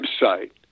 website